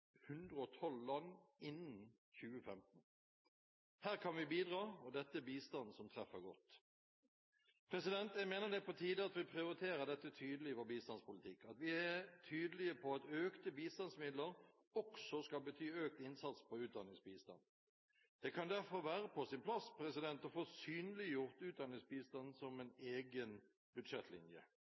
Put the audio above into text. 112 land innen 2015. Her kan vi bidra, og dette er bistand som treffer godt. Jeg mener det er på tide at vi prioriterer dette tydelig i vår bistandspolitikk, at vi er tydelige på at økte bistandsmidler også skal bety økt innsats på utdanningsbistand. Det kan derfor være på sin plass å få synliggjort utdanningsbistand som en egen budsjettlinje.